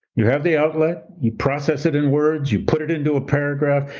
you have the outlet, you process it in words, you put it into a paragraph.